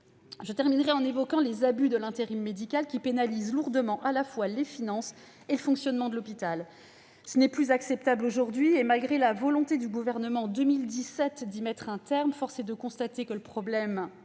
Je terminerai en évoquant les abus de l'intérim médical qui pénalisent lourdement, à la fois, les finances et le fonctionnement de l'hôpital. Ce n'est plus acceptable aujourd'hui. Malgré la volonté exprimée en 2017 par le Gouvernement d'y mettre un terme, force est de constater que le problème